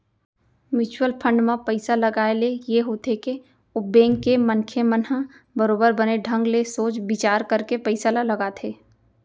mutual fund म पइसा लगाए ले ये होथे के ओ बेंक के मनखे मन ह बरोबर बने ढंग ले सोच बिचार करके पइसा ल लगाथे